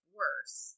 worse